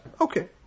Okay